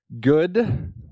good